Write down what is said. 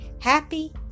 happy